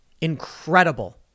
Incredible